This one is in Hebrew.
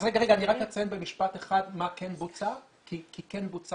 אני אציין במשפט אחד מה כן בוצע כי כן בוצע